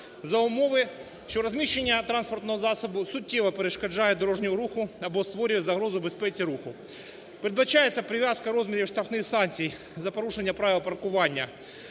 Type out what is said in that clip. за умови, що розміщення транспортного засобу суттєво перешкоджає дорожньому руху або створює загрозу безпеці руху. Передбачається прив'язка розмірів штрафних санкцій за порушення правил паркування